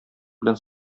белән